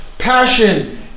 Passion